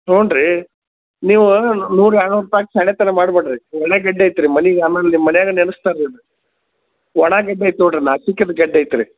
ಹ್ಞೂ ರೀ ನೀವು ನೂರು ಏಳು ನೂರು ರೂಪಾಯಿಗೆ ಸಣ್ಯಾತನ ಮಾಡ್ಬೇಡ್ರಿ ಒಳ್ಳೇಗಡ್ಡಿ ಐತ್ರೀ ಮನೆಗೆ ಆಮೇಲೆ ನಿಮ್ಮ ಮನ್ಯಾಗ ನೆನಸ್ತಾರೆ ಒಣಗಡ್ಡೆ ಐತಿ ನೋಡ್ರಿ ನಾಸಿಕದ ಗಡ್ಡೆ ಐತ್ರಿ